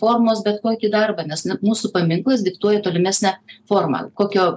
formos bet kokį darbą nes na mūsų paminklas diktuoja tolimesnę formą kokio